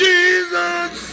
Jesus